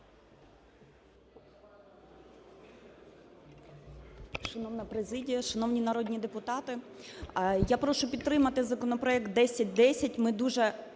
Шановна президія, шановні народні депутати! Я прошу підтримати законопроект 1010. Ми дуже